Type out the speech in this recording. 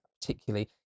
particularly